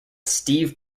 steve